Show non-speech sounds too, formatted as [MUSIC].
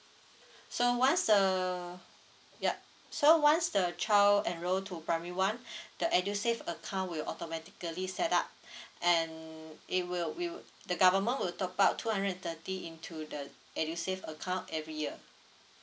[BREATH] so once the yup so once the child enroll to primary one [BREATH] the edusave account will automatically set up [BREATH] and it will will the government will top up two hundred thirty into the edusave account every year